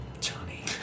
Johnny